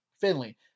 Finley